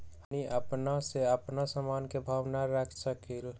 हमनी अपना से अपना सामन के भाव न रख सकींले?